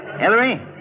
Ellery